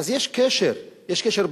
אז יש קשר ברור,